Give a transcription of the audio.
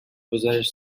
بزارش